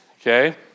okay